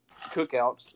cookouts